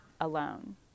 alone